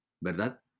¿verdad